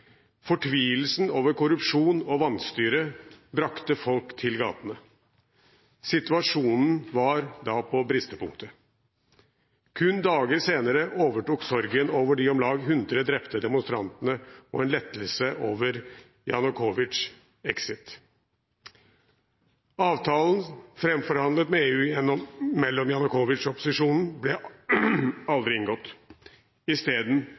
Fortvilelsen over korrupsjon og vanstyre brakte folk til gatene. Situasjonen var da på bristepunktet. Kun dager senere overtok sorgen over de om lag 100 drepte demonstrantene og en lettelse over Janukovytsjs exit. Avtalen framforhandlet med EU mellom Janukovytsj og opposisjonen ble aldri inngått. Isteden